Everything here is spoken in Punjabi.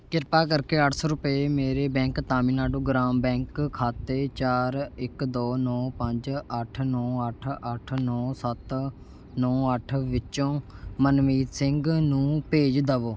ਕ੍ਰਿਪਾ ਕਰਕੇ ਅੱਠ ਸੌ ਰੁਪਏ ਮੇਰੇ ਬੈਂਕ ਤਾਮਿਲਨਾਡੂ ਗ੍ਰਾਮ ਬੈਂਕ ਖਾਤੇ ਚਾਰ ਇੱਕ ਦੋ ਨੌ ਪੰਜ ਅੱਠ ਨੌ ਅੱਠ ਅੱਠ ਨੌ ਸੱਤ ਨੌ ਅੱਠ ਵਿੱਚੋਂ ਮਨਮੀਤ ਸਿੰਘ ਨੂੰ ਭੇਜ ਦੇਵੋ